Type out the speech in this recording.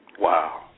Wow